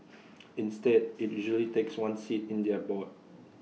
instead IT usually takes one seat in their board